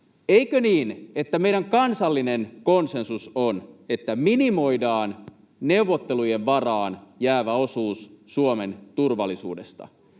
Eikö niin, että meidän kansallinen konsensus on, että minimoidaan neuvottelujen varaan jäävä osuus Suomen turvallisuudesta